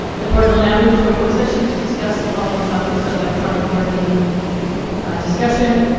the board will now move to a work session to discuss the following topics electronic board meeting discussion,